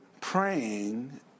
praying